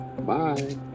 Bye